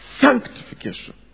sanctification